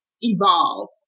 evolve